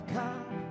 come